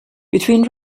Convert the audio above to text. between